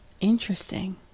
Interesting